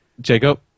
Jacob